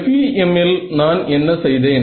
FEM இல் நான் என்ன செய்தேன்